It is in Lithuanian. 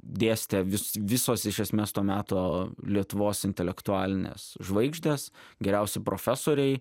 dėstė vis visos iš esmės to meto lietuvos intelektualinės žvaigždės geriausi profesoriai